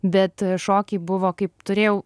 bet šokiai buvo kaip turėjau